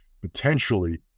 potentially